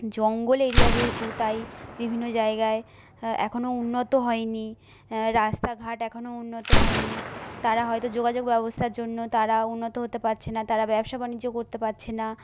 জঙ্গল এরিয়া যেহেতু তাই বিভিন্ন জায়গায় এখনও উন্নত হয় নি হ্যাঁ রাস্তঘাট এখনও উন্নত হয় নি তারা হয়তো যোগাযোগ ব্যবস্থার জন্য তারা উন্নত হতে পারছে না তারা ব্যবসা বাণিজ্য করতে পারছে না